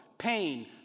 pain